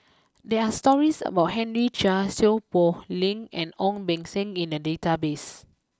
there are stories about Henry Chia Seow Poh Leng and Ong Beng Seng in the database